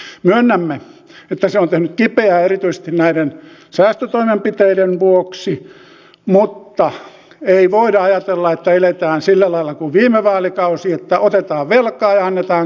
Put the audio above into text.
myönnämme että se on tehnyt kipeää erityisesti näiden säästötoimenpiteiden vuoksi mutta ei voida ajatella että eletään sillä lailla kuin viime vaalikausi että otetaan velkaa ja annetaan kaiken olla